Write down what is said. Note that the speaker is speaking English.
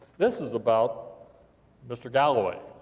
this is about mr. galloway.